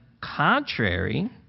contrary